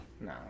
No